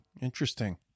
interesting